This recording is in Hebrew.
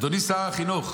אדוני שר החינוך,